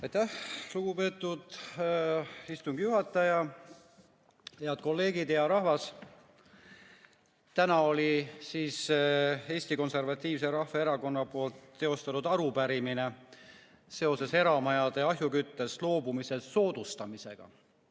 Aitäh, lugupeetud istungi juhataja! Head kolleegid ja rahvas! Täna oli siis [vastamisel] Eesti Konservatiivse Rahvaerakonna poolt esitatud arupärimine seoses eramajade ahjuküttest loobumise soodustamisega.